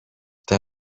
тең